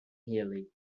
healey